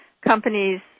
companies